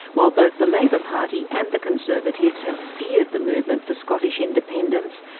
while both the labour party and the conservatives have feared the movement for scottish independence,